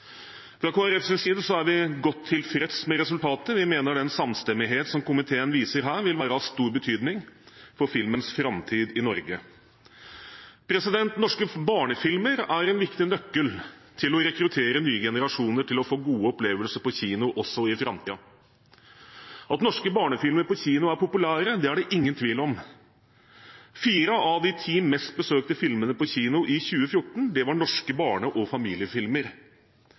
Fra Kristelig Folkepartis side er vi godt tilfreds med resultatet. Vi mener den samstemmighet som komiteen viser her, vil være av stor betydning for filmens framtid i Norge. Norske barnefilmer er en viktig nøkkel til å rekruttere nye generasjoner til å få gode opplevelser på kino, også i framtiden. At norske barnefilmer på kino er populære, er det ingen tvil om. Fire av de ti mest besøkte filmene på kino i 2014 var norske barne- og familiefilmer.